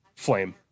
flame